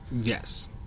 Yes